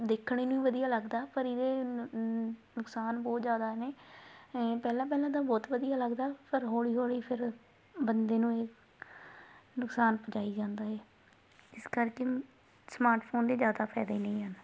ਦੇਖਣੇ ਨੂੰ ਵੀ ਵਧੀਆ ਲੱਗਦਾ ਪਰ ਇਹਦੇ ਨੁਕਸਾਨ ਬਹੁਤ ਜ਼ਿਆਦਾ ਨੇ ਪਹਿਲਾਂ ਪਹਿਲਾਂ ਤਾਂ ਬਹੁਤ ਵਧੀਆ ਲੱਗਦਾ ਪਰ ਹੌਲੀ ਹੌਲੀ ਫਿਰ ਬੰਦੇ ਨੂੰ ਇਹ ਨੁਕਸਾਨ ਪਹੁੰਚਾਈ ਜਾਂਦਾ ਏ ਇਸ ਕਰਕੇ ਸਮਾਰਟ ਫੋਨ ਦੇ ਜ਼ਿਆਦਾ ਫਾਇਦੇ ਨਹੀਂ ਹਨ